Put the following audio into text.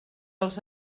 als